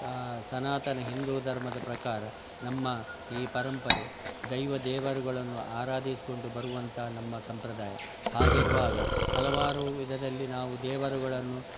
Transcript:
ಸನಾತನ ಹಿಂದೂ ಧರ್ಮದ ಪ್ರಕಾರ ನಮ್ಮ ಈ ಪರಂಪರೆ ದೈವ ದೇವರುಗಳನ್ನು ಆರಾಧಿಸಿಕೊಂಡು ಬರುವಂಥ ನಮ್ಮ ಸಂಪ್ರದಾಯ ಹಾಗಿರುವಾಗ ಹಲವಾರು ವಿಧದಲ್ಲಿ ನಾವು ದೇವರುಗಳನ್ನು